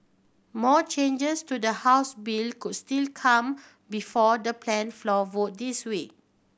more changes to the House bill could still come before the planned floor vote this week